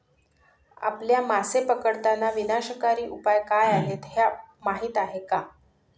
आपल्या मासे पकडताना विनाशकारी उपाय काय आहेत हे माहीत आहे का?